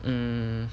um